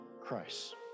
Christ